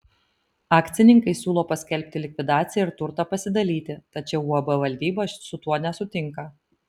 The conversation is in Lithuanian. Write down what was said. akcininkai siūlo paskelbti likvidaciją ir turtą pasidalyti tačiau uab valdyba su tuo nesutinka